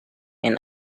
and